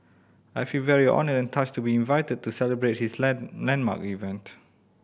I feel very honoured and touched to be invited to celebrate his land landmark event